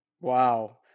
Wow